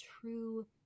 true